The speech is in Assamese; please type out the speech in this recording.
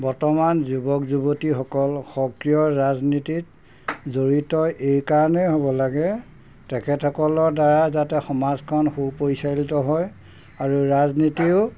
বৰ্তমান যুৱক যুৱতীসকল সক্ৰিয় ৰাজনীতিত জড়িত এইকাৰণেই হ'ব লাগে তেখেতসকলৰ দ্বাৰা যাতে সমাজখন সু পৰিচালিত হয় আৰু ৰাজনীতিও